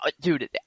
dude